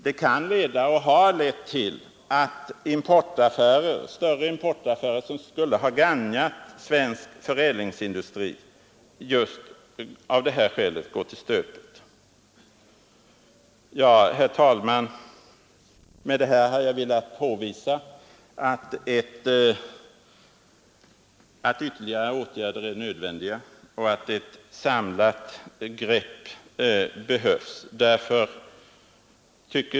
Det kan leda och har lett till att större importaffärer som skulle ha gagnat svensk förädlingsindustri av just det här skälet gått i stöpet. Ja, herr talman, med det anförda har jag velat påvisa att ytterligare åtgärder är nödvändiga och att ett samlat grepp behövs.